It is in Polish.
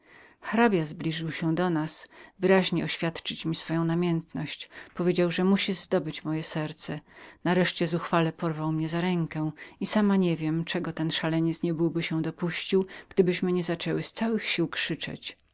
hrabia zbliżył się do nas wyraźnie oświadczył mi swoją namiętność dodał że musi być kochanym lub zginąć nareszcie porwał mnie za rękę i sama nie wiem czego ten szaleniec niebyłby się dopuścił gdybyśmy nie zaczęły z całych sił krzyczeć